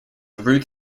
ruth